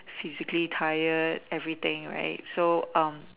physically tired everything right so um